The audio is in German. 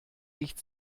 riecht